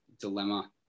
dilemma